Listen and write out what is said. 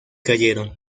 cayeron